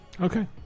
Okay